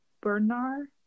Bernard